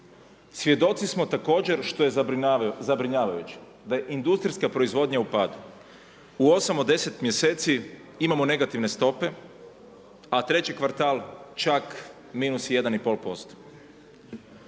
Svjedoci smo također što je zabrinjavajuće da je industrijska proizvodnja u padu. U osam od deset mjeseci imamo negativne stope a treći kvartal čak minus jedan